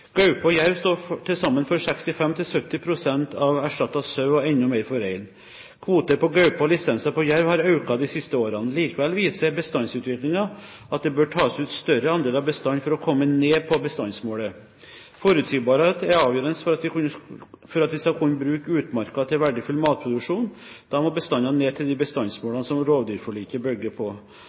Gaupe og jerv står til sammen for 65–70 pst. av erstattet sau og enda mer for rein. Kvoter på gaupe og lisenser på jerv har økt de siste årene. Likevel viser bestandsutviklingen at det bør tas ut større andel av bestanden for å komme ned på bestandsmålet. Forutsigbarhet er avgjørende for at vi skal kunne bruke utmarka til verdifull matproduksjon, og da må bestandene ned til de bestandsmålene som rovdyrforliket bygger på.